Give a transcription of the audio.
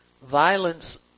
Violence